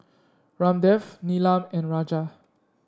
Ramdev Neelam and Raja